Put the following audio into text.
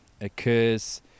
occurs